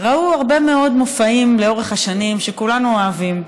ראו לאורך השנים הרבה מאוד מופעים שכולנו אוהבים.